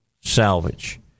Salvage